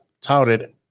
touted